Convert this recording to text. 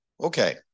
Okay